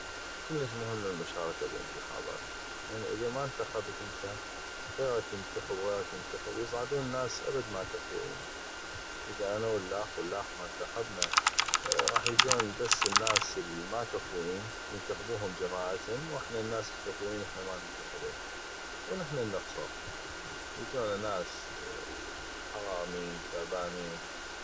كلش مهمة المشاركة بالانتخابات يعني اذا ما انتخبت انته غيغك ينتخب غيغك ينتخب ويصعدون ناس ابد ما كفوئين اذا انا واللاخ واللاخ ما انتخبنا غاح يجون بس الناس الما كفوئين ينتخبوهم جماعتم واحنا الناس الكفوئين احنا ما ننتخبم ونحنا النخصغ يجونا ناس حغامي تعبانين